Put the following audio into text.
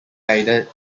guided